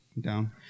down